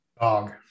Dog